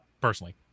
personally